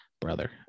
brother